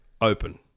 open